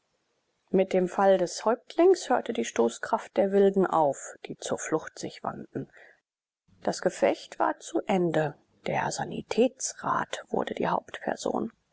mit dem fall des häuptlings hörte die stoßkraft der wilden auf die zur flucht sich wandten das gefecht war zu ende der sanitätsrat wurde die hauptperson